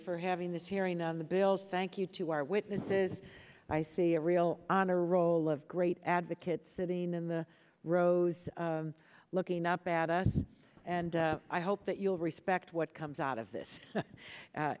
for having this hearing on the bales thank you to our witnesses i see a real honor roll great advocates sitting in the rows looking up at us and i hope that you'll respect what comes out of this a